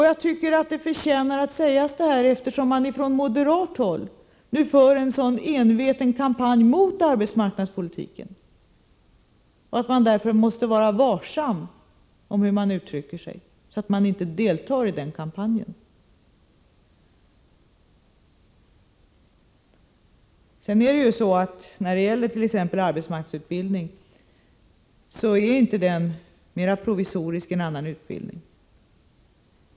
Jag tycker att detta förtjänar att sägas, eftersom det från moderat håll nu förs en så enveten kampanj mot arbetsmarknadsutbildningen. Man måste vara varsam med hur man uttrycker sig, så att man inte deltar i den kampanjen. Dessutom vill jag framhålla att arbetsmarknadsutbildningen inte är mera provisorisk än annan utbildning.